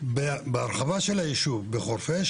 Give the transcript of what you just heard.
בהרחבה של הישוב בחורפיש,